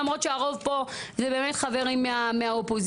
למרות שהרוב פה זה באמת חברים מהאופוזיציה,